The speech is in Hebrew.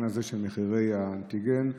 שנמצא חיובי באנטיגן ל-PCR.